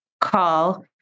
call